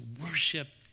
worship